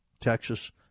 Texas